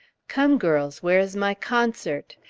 come, girls! where is my concert?